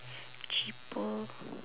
cheaper